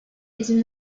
izin